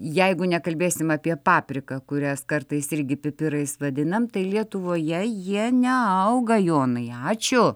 jeigu nekalbėsim apie papriką kurias kartais irgi pipirais vadinam tai lietuvoje jie neauga jonai ačiū